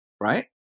right